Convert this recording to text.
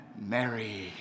Mary